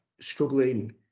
struggling